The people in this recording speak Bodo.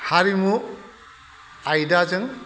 हारिमु आयदाजों